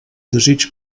desig